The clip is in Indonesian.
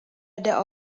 ada